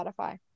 Spotify